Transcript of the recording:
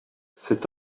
c’est